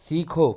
सीखो